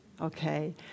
okay